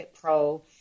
Pro